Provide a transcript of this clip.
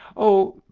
oh,